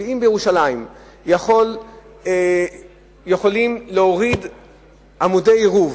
ואם בירושלים יכולים להוריד עמודי עירוב,